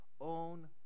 own